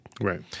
Right